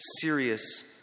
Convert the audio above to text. serious